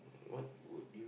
what would you